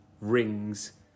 rings